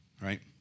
right